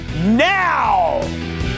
now